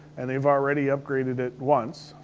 and they've already upgraded it once,